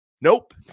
Nope